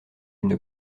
une